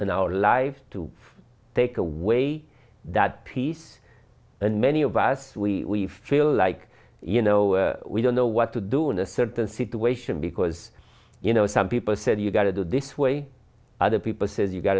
and our lives to take away that piece and many of us we feel like you know we don't know what to do know a certain situation because you know some people said you gotta do this way other people says you got